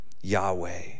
Yahweh